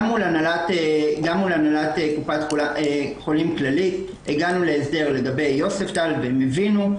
גם מול הנהלת קופת חולים כללית הגענו להסדר לגבי יוספטל והם הבינו,